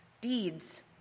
Deeds